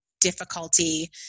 difficulty